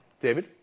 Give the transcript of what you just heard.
David